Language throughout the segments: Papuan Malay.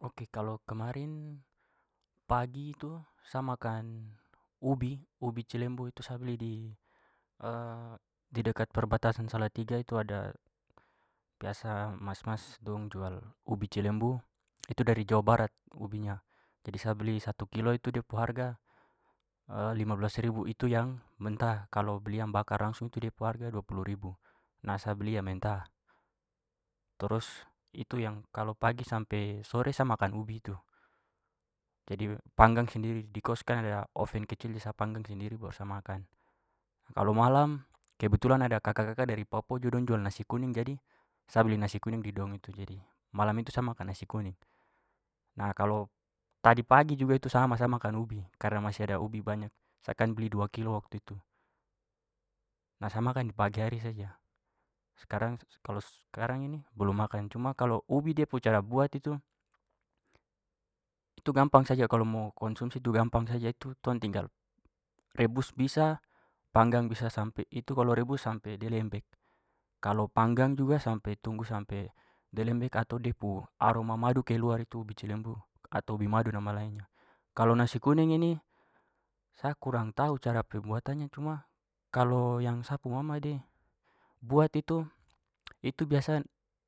Ok, kalau kemarin pagi itu sa makan ubi, ubi cilembu itu, sa beli di di dekat perbatasan salatiga itu ada biasa mas-mas dong jual ubi cilembu. Itu dari jawa barat ubinya. Jadi sa beli satu kilo itu da pu harga lima belas ribu. Itu yang mentah. Kalau beli yang bakar langsung tu da pu harga dua puluh ribu. Nah, sa beli yang mentah. Terus, itu yang kalau pagi sampai sore sa makan ubi itu. Jadi panggang sendiri. Di kos kan ada oven kecil jadi sa panggang sendiri baru sa makan. Kalau malam kebetulan ada kaka-kaka dari papua juga dong jual nasi kuning jadi sa beli nasi kuning di dong itu. Jadi malam itu sa makan nasi kuning. Nah, kalau tadi pagi juga tu sama, sa makan ubi, karena masih ada ubi banyak. Sa kan beli dua kilo waktu itu. Nah, sa makan di pagi hari saja. Sekarang- kalau sekarang ini belum makan. Cuma kalau ubi dia pu cara buat itu itu gampang saja. Kalau mau konsumsi tu gampang saja. Itu tong tinggal rebus bisa, panggang bisa. Sampai- itu kalau rebus sampai dia lembek. Kalau panggang juga sampai- tunggu sampai dia lembek atau da pu aroma madu keluar itu ubi cilembu atau ubi madu nama lainnya. Kalau nasi kuning ini sa kurang tahu cara pembuatannya, cuma kalau yang sa pu mama de buat itu itu biasa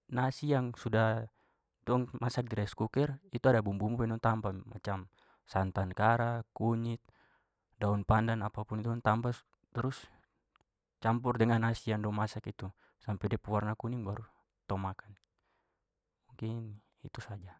nasi yang sudah dong masak di rice cooker itu ada bumbu-bumbu yang dong tambah macam santan kara, kunyit, daun pandan, apapun itu dong tambah, terus campur dengan nasi yang dong masak itu. Sampai da pu warna kuning baru tong makan. Jadi itu saja.